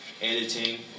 editing